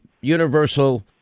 universal